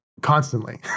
Constantly